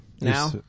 Now